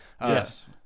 Yes